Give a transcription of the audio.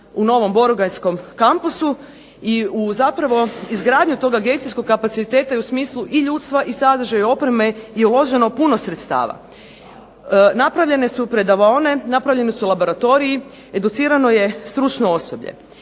u novom borongajskom kampusu i zapravo u izgradnju tog agencijskog kapaciteta i u smislu i ljudstva i sadržaja i opreme je uloženo puno sredstava. Napravljene su predavaonice, napravljeni su laboratoriji, educirano je stručno osoblje.